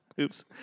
Oops